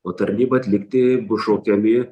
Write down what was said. o tarnybą atlikti bus šaukiami